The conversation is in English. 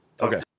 Okay